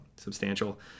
substantial